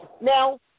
Now